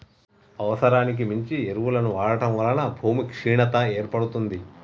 అవసరానికి మించి ఎరువులను వాడటం వలన భూమి క్షీణత ఏర్పడుతుంది